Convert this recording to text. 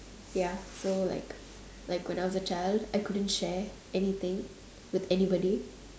ya so like like when I was a child I couldn't share anything with anybody